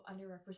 underrepresented